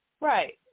Right